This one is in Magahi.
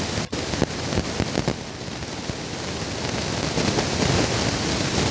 निगम द्वारा एगो विशेष समय पर बनाल रखल जा हइ